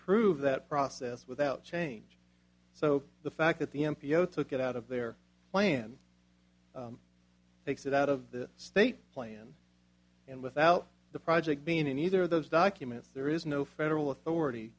approve that process without change so the fact that the m p o took it out of their plan takes it out of the state plan and without the project being in either of those documents there is no federal authority